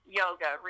yoga